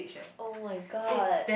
[oh]-my-god